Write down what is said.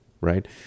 right